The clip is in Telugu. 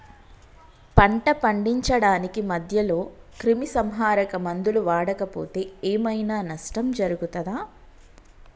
పంట పండించడానికి మధ్యలో క్రిమిసంహరక మందులు వాడకపోతే ఏం ఐనా నష్టం జరుగుతదా?